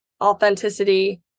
authenticity